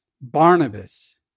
Barnabas